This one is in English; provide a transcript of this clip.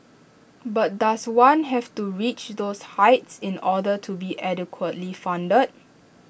but does one have to reach those heights in order to be adequately funded